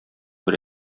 бер